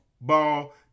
Ball